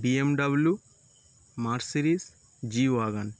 BMW Mercedes G wagon